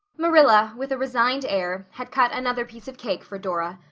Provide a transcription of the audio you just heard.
marilla, with a resigned air, had cut another piece of cake for dora.